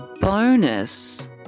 bonus